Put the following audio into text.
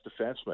defenseman